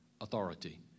Authority